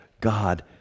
God